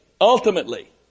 ultimately